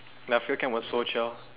and our field camp was so chiong